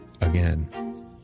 again